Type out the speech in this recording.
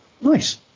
Nice